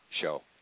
show